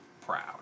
proud